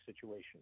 situation